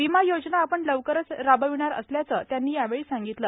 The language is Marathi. विमा योजना आपण लवकरच राबविणार असल्याचे केदार यांनी सांगितले